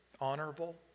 honorable